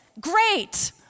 great